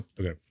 Okay